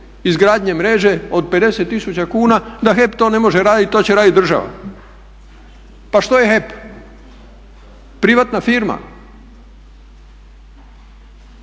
izgradnje mreže od 50 tisuća kuna da HEP to ne može raditi to će raditi država. Pa što je HEP? Privatna firma.